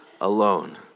alone